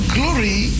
glory